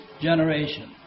generation